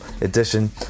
edition